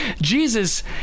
Jesus